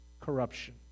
corruption